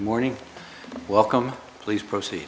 morning welcome please proceed